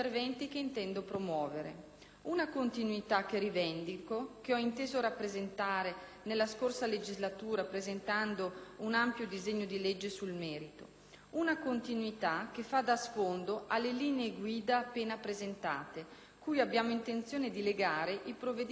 una continuità che rivendico, che ho inteso rappresentare, nella scorsa legislatura, presentando un ampio disegno di legge sul merito; una continuità che fa da sfondo alle linee guida appena presentate, cui abbiamo intenzione di legare i provvedimenti in questa legislatura.